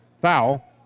foul